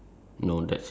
ya